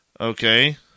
okay